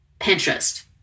Pinterest